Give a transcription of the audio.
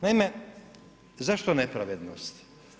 Naime, zašto nepravednost?